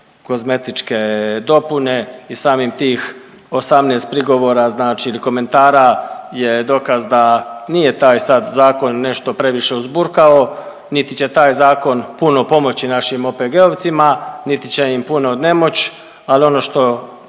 kozmetičke dopune i samih tih 18 prigovora znači ili komentara je dokaz da nije taj sad zakon nešto previše uzburkao, niti će taj zakon puno pomoći našim OPG-ovcima, niti će im puno odnemoć ali ono što